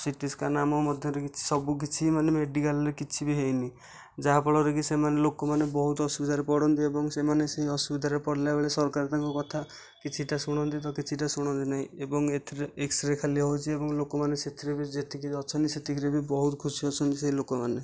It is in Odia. ସିଟିସ୍କାନ ଆମ ମଧ୍ୟରେ କିଛି ସବୁକିଛି ମାନେ ମେଡିକାଲରେ କିଛି ବି ହୋଇନି ଯାହା ଫଳରେ କି ସେମାନେ ଲୋକମାନେ ବହୁତ ଅସୁବିଧାରେ ପଡ଼ନ୍ତି ଏବଂ ସେମାନେ ସେଇ ଅସୁବିଧାରେ ପଡ଼ିଲା ବେଳେ ସରକାର ତାଙ୍କ କଥା କିଛିଟା ଶୁଣନ୍ତି ତ କିଛିଟା ଶୁଣନ୍ତି ନାହିଁ ଏବଂ ଏଥିରେ ଏକ୍ସ ରେ ଖାଲି ହେଉଛି ଏବଂ ଲୋକମାନେ ସେଥିରେ ବି ଯେତିକିରେ ଅଛନ୍ତି ସେତିକିରେ ବି ବହୁତ ଖୁସି ଅଛନ୍ତି ସେଇ ଲୋକମାନେ